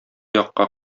якка